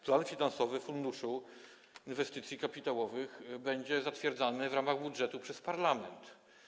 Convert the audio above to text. Plan finansowy Funduszu Inwestycji Kapitałowych będzie zatwierdzany w ramach budżetu przez parlament.